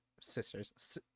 sisters